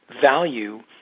value